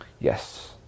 Yes